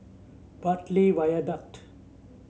Bartley Viaduct